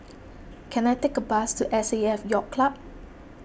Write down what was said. can I take a bus to S A F Yacht Club